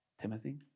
Timothy